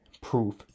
proof